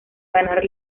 ganar